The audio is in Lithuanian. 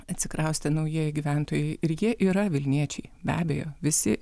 atsikraustę naujieji gyventojai ir jie yra vilniečiai be abejo visi